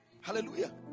hallelujah